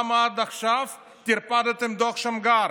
למה עד עכשיו טרפדתם את דוח שמגר?